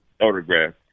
autograph